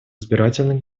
избирательных